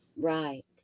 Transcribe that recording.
Right